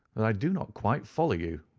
that i do not quite follow you.